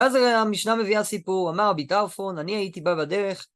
אז המשנה מביא סיפור, אמר רבי טרפון, אני הייתי בא בדרך.